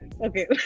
okay